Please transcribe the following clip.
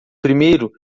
primeiro